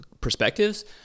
perspectives